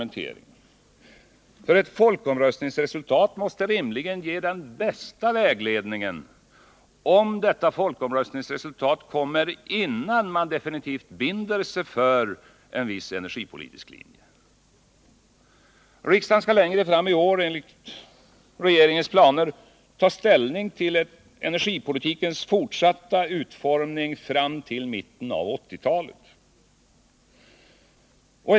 Ett folkomröstningsresultat måste rimligen ge bäst vägledning, om det resultatet kommer innan man mera definitivt binder sig för en viss energipolitisk linje. Riksdagen skall längre fram i år enligt regeringens planer ta ställning till energipolitikens fortsatta utformning fram till mitten av 1980-talet.